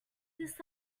this